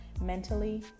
mentally